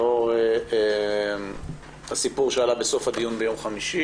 לאור הסיפור שעלה בסוף הדיון ביום חמישי